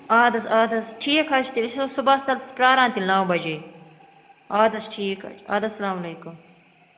اَدٕ حظ اَدٕ حظ ٹھیٖک حظ چھُ تیٚلہِ أسۍ حظ صُبَحس تَتٮ۪تھ پرٛاران تیٚلہِ نَو بَجے اَدٕ حظ ٹھیٖک حظ چھُ اَدٕ حظ سلام علیکُم